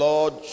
Lord